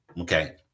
Okay